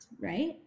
right